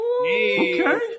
Okay